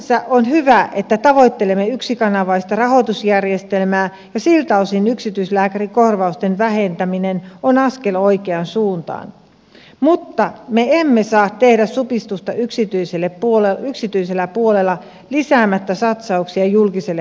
sinänsä on hyvä että tavoittelemme yksikanavaista rahoitusjärjestelmää ja siltä osin yksityislääkärikorvausten vähentäminen on askel oikeaan suuntaan mutta me emme saa tehdä supistusta yksityisellä puolella lisäämättä satsauksia julkiselle puolelle